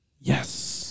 Yes